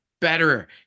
better